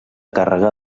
càrrega